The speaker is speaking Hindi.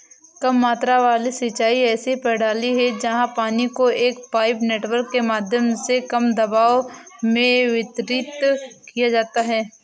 कम मात्रा वाली सिंचाई ऐसी प्रणाली है जहाँ पानी को एक पाइप नेटवर्क के माध्यम से कम दबाव में वितरित किया जाता है